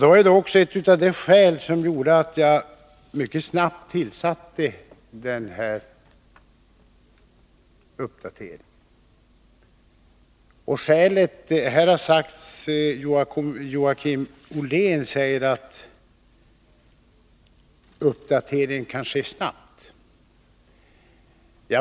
Det var också ett av de skäl som gjorde att jag mycket snabbt tillsatte Lennart Johansson för att göra en uppdatering. Joakim Ollén säger att en uppdatering kan ske snabbt.